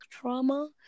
trauma